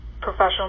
professional